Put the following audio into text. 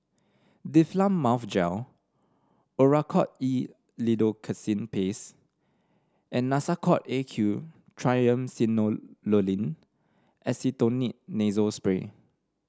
Difflam Mouth Gel Oracort E Lidocaine Paste and Nasacort A Q Triamcinolone Acetonide Nasal Spray